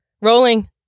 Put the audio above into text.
Rolling